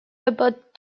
about